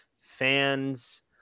fans